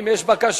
אם יש בקשה,